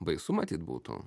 baisu matyt būtų